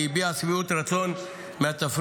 היא הביעה שביעות רצון מהתפריט,